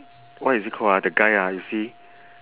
what is he called ah the guy ah you see